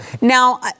Now